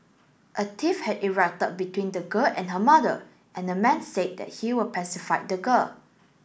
a tiff had erupted between the girl and her mother and the man said that he would pacify the girl